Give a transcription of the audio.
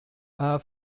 are